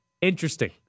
interesting